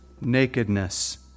nakedness